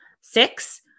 Six